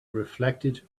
reflected